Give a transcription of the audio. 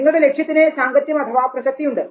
നിങ്ങളുടെ ലക്ഷ്യത്തിന് സാംഗത്യം അഥവാ പ്രസക്തി ഉണ്ട്